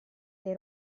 dei